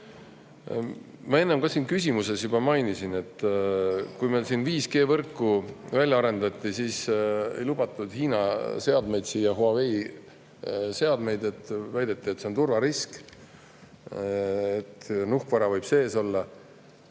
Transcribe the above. Ma küsimuses juba mainisin, et kui meil 5G‑võrku välja arendati, siis ei lubatud siia Hiina seadmeid, Huawei seadmeid, väideti, et see on turvarisk, kuna nuhkvara võib sees olla.